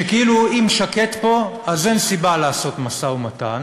שכאילו אם שקט פה, אז אין סיבה לעשות משא-ומתן,